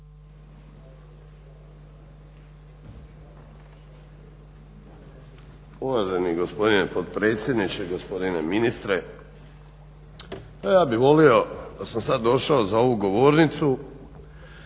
Uvaženi gospodine potpredsjedniče, gospodine ministre. Ja bih volio da sam sad došao za ovu govornicu